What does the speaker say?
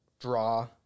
draw